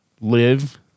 live